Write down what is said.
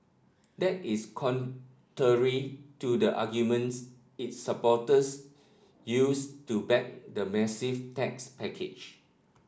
that is to the arguments its supporters used to back the massive tax package